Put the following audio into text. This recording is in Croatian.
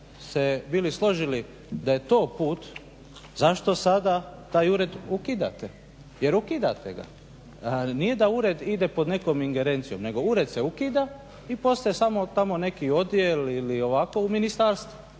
se bili složili da je to put zašto sada taj ured ukidate? Jer ukidate ga. Nije da ured ide pod nekom ingerencijom, nego ured se ukida i postaje samo tamo neki odjel ili ovako u ministarstvu.